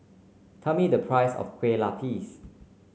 tell me the price of Kueh Lapis